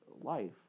life